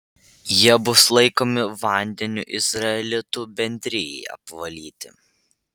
jie bus laikomi vandeniu izraelitų bendrijai apvalyti